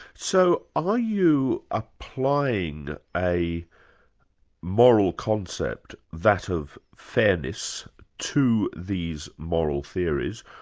so are you applying a moral concept, that of fairness to these moral theories,